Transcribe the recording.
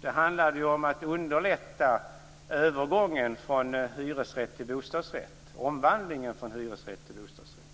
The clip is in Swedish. Det handlade om att underlätta övergången från hyresrätt till bostadsrätt, omvandlingen från hyresrätt till bostadsrätt.